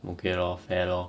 okay lor fair lor